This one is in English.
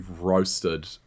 roasted